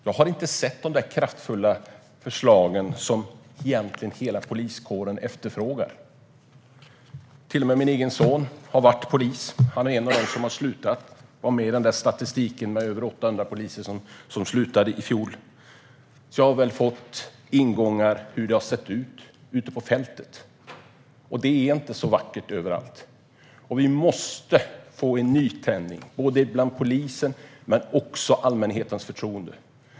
Jag har inte sett de där kraftfulla förslagen som egentligen hela poliskåren efterfrågar. Min egen son har varit polis - han är en av dem som har slutat. Han finns med i statistiken som en av de över 800 poliser som slutade i fjol. Jag har alltså fått ingångar till hur det ser ut ute på fältet, och det är inte så vackert överallt. Vi måste få en nytändning, både inom polisen och i allmänhetens förtroende.